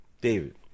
david